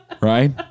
Right